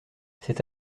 c’est